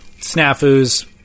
snafus